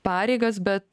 pareigas bet